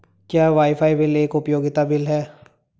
क्या wifi bill एक उपयोगिता बिल है?